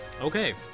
Okay